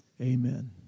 Amen